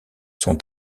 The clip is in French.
sont